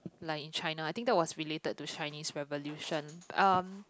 like in China I think that was related to Chinese revolution um